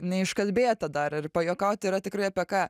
neiškalbėta dar ir pajuokauti yra tikrai apie ką